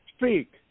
Speak